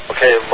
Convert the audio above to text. Okay